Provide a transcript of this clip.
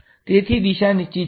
તેથી દિશા નિશ્ચિત છે